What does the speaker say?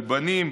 כלבנים,